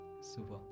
Super